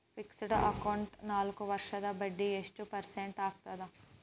Fixed account ನಾಲ್ಕು ವರ್ಷಕ್ಕ ಬಡ್ಡಿ ಎಷ್ಟು ಪರ್ಸೆಂಟ್ ಆಗ್ತದ?